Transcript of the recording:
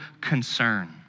concern